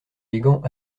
élégant